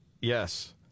Yes